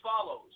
follows